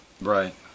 Right